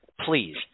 please